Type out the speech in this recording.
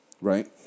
right